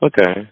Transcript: Okay